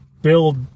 build